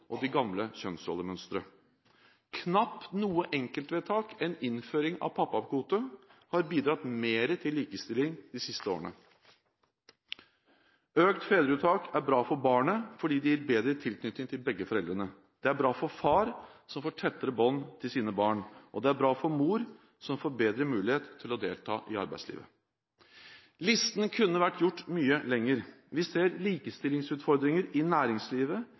og de gamle kjønnsrollemønstre. Knapt noe enkeltvedtak enn innføringen av pappakvote har bidratt mer til likestilling de siste årene. Økt fedreuttak er bra for barnet, fordi det gir bedre tilknytning til begge foreldrene. Det er bra for far, som får tettere bånd til sine barn, og det er bra for mor, som får bedre mulighet til å delta i arbeidslivet. Listen kunne vært gjort mye lengre. Vi ser likestillingsutfordringer i næringslivet,